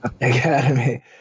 Academy